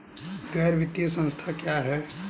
गैर वित्तीय संस्था क्या है?